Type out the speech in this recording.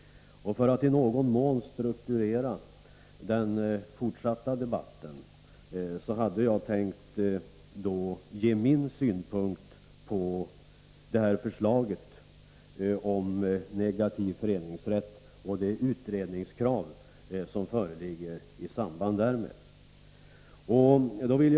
För att i någon mån strukturera den fortsatta debatten hade jag tänkt ge min synpunkt på förslaget om negativ föreningsrätt och de utredningskrav som föreligger i samband därmed.